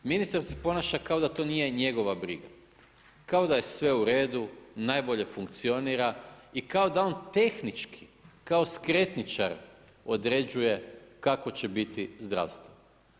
Ministar se ponaša kao da to nije njegova briga, kao da je sve u redu, najbolje funkcionira i kao da on tehnički kao skretničar određuje kakvo će biti zdravstvo.